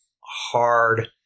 hard